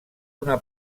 una